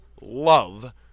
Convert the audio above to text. love